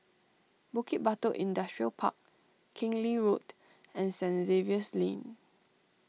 Bukit Batok Industrial Park Keng Lee Road and Saint Xavier's Lane